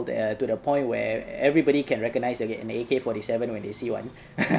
to the point where everybody can recognize an A_K forty seven when they see one